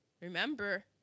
remember